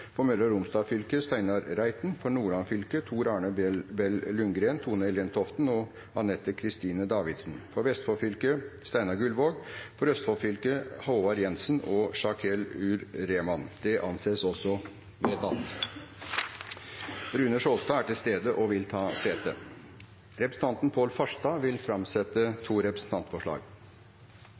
For Hordaland fylke: Eigil Knutsen For Møre og Romsdal fylke: Steinar Reiten For Nordland fylke: Tor Arne Bell Ljunggren , Tone-Helen Toften og Anette Kristine Davidsen For Vestfold fylke: Steinar Gullvåg For Østfold fylke: Håvard Jensen og Shakeel Ur Rehman – Det anses vedtatt. Representanten Runar Sjåstad er til stede og vil ta sete. Representanten Pål Farstad vil framsette to representantforslag.